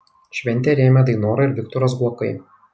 šventę rėmė dainora ir viktoras guokai